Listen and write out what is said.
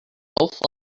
both